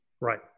Right